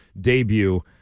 debut